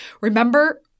remember